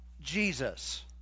Jesus